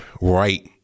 right